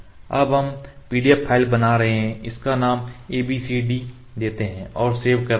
अब हम PDF file बना रहे हैं इसका नाम abcd देते हैं और सेव करते हैं